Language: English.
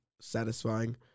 satisfying